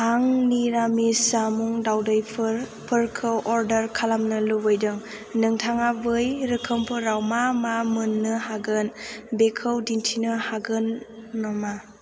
आं निरामिस जामुं दावदैफोरखौ अर्डार खालामनो लुबैदों नोंथाङा बै रोखोमफोराव मा मा मोननो हागोन बेखौ दिन्थिनो हागोन नामा